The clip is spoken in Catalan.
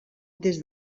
des